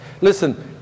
Listen